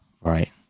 Right